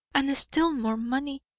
and still more money!